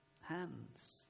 hands